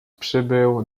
przybył